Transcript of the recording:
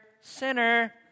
Sinner